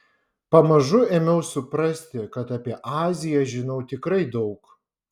pamažu ėmiau suprasti kad apie aziją žinau tikrai daug